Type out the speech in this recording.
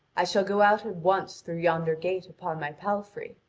i shall go out at once through yonder gate upon my palfrey.